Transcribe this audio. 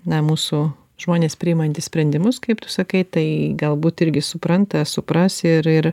na mūsų žmonės priimantys sprendimus kaip tu sakai tai galbūt irgi supranta supras ir ir